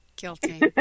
Guilty